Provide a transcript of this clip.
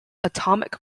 atomic